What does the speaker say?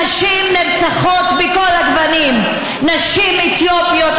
נשים נרצחות בכל הגוונים: נשים אתיופיות,